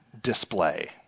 display